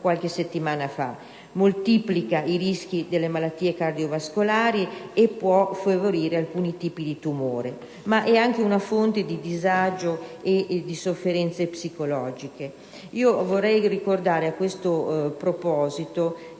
qualche settimana fa; essa moltiplica i rischi di malattie cardiovascolari e può favorire alcuni tipi di tumore. Inoltre, è anche una fonte di disagio e di sofferenze psicologiche. Vorrei ricordare, a questo proposito,